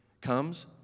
comes